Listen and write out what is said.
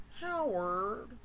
Howard